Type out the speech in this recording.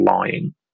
lying